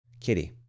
Kitty